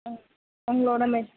ம் உங்களோட மெஷர்